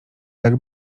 tak